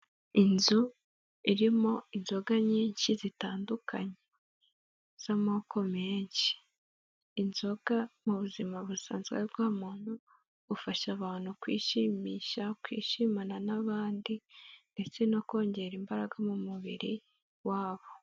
Inzu irimo inzoga nyinshi zitandukanye z'amoko menshi, inzoga mu buzima busanzwe bwa muntu, zifasha abantu kwishimisha, kwishimana n'abandi ndetse no kongera imbaraga mu mubiri wabo.